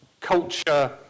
culture